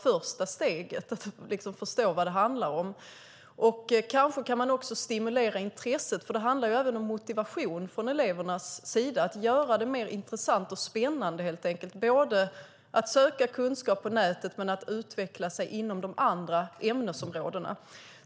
Första steget är ändå att förstå vad det handlar om. Kanske kan intresset stimuleras. Det handlar även om motivation från elevernas sida, att göra ämnet mer intressant och spännande, både att söka kunskap på nätet och att utveckla sig inom andra ämnesområden.